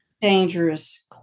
Dangerous